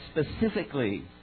specifically